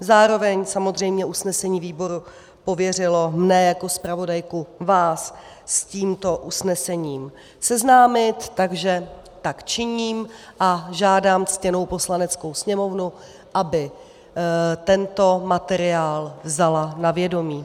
Zároveň samozřejmě usnesení výboru pověřilo mne jako zpravodajku vás s tímto usnesením seznámit, takže tak činím a žádám ctěnou Poslaneckou sněmovnu, aby tento materiál vzala na vědomí.